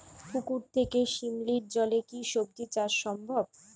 পুকুর থেকে শিমলির জলে কি সবজি চাষ সম্ভব?